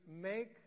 make